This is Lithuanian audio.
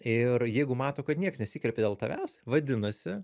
ir jeigu mato kad nieks nesikreipė dėl tavęs vadinasi